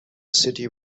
city